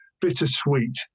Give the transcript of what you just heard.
bittersweet